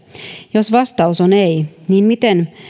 jos vastaus on ei miten